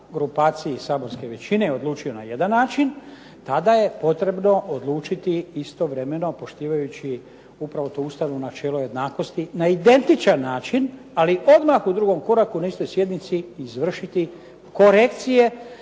grupaciji saborske većine odlučio na jedan način, tada je potrebno odlučiti istovremeno, poštivajući upravo to ustavno načelo jednakosti, na identičan način, ali odmah u drugom koraku na istoj sjednici izvršiti korekcije